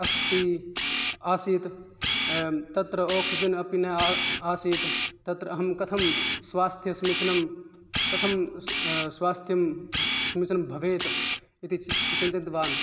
अस्ति आसीत् तत्र आक्सिज़ेन् अपि न आस् आसीत् तत्र अहं कथं स्वास्थ्यं समीचीनं कथं स्वास्थ्यं समीचीनं भवेत् इति चिन्तितवान्